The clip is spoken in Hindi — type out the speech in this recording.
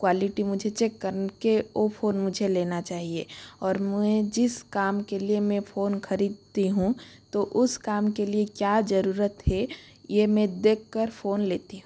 क्वालिटी मुझे चेक करके ओ फोन मुझे लेना चाहिए और मुझे जिस काम के लिए मैं फोन खरीदती हूँ तो उस काम के लिए क्या जरूरत है ये मैं देखकर फोन लेती हूँ